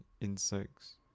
insects